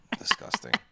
disgusting